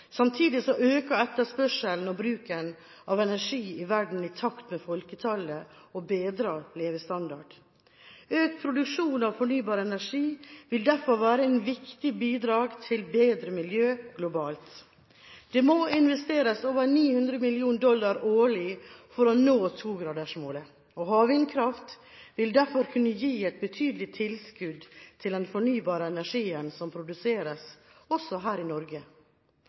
samtidig øker etterspørselen og bruken av energi i verden i takt med folketallet og bedret levestandard. Økt produksjon av fornybar energi vil derfor være et viktig bidrag til bedre miljø globalt. Det må investeres over 900 mill. dollar årlig for å nå togradersmålet. Havvindkraft vil derfor kunne gi et betydelig tilskudd til den fornybare energien som produseres, også her i Norge.